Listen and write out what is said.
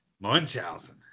Munchausen